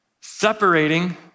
separating